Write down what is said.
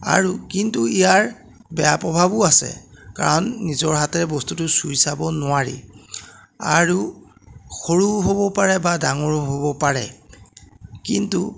আৰু কিন্তু ইয়াৰ বেয়া প্ৰভাৱো আছে কাৰণ নিজ হাতেৰে বস্তুটো চুই চাব নোৱাৰি আৰু সৰুও হ'ব পাৰে বা ডাঙৰো হ'ব পাৰে কিন্তু